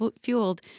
fueled